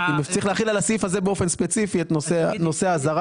צריך להחיל על הסעיף הזה באופן ספציפי את נושא האזהרה.